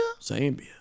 Zambia